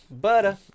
Butter